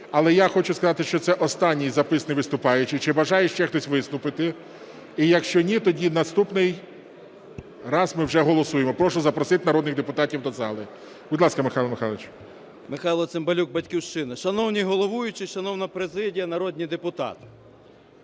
але я хочу сказати, що це останній записаний виступаючий. Чи бажає ще хтось виступити? І якщо ні, тоді наступний раз ми вже голосуємо. Прошу запросити народних депутатів до зали. Будь ласка, Михайло Михайлович. 14:06:21 ЦИМБАЛЮК М.М. Михайло Цимбалюк, "Батьківщина". Шановний головуючий, шановна президія, народні депутати!